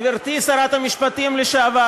גברתי שרת המשפטים לשעבר,